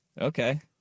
Okay